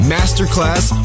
Masterclass